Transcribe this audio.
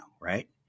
right